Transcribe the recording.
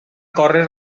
córrer